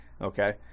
Okay